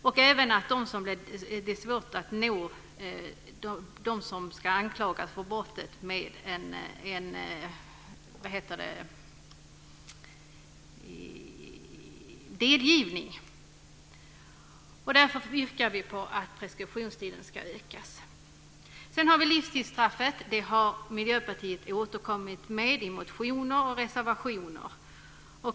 Det är även svårt att nå dem som ska anklagas för brottet med delgivning. Därför yrkar vi att preskriptionstiden ska förlängas. Miljöpartiet har återkommit till livstidsstraffet i motioner och reservationer.